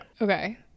okay